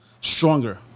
stronger